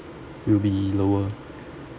will be lower